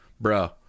Bro